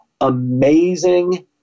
amazing